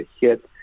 hit